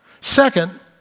Second